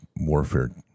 warfare